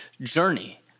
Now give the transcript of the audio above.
journey